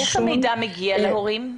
איך המידע מגיע להורים?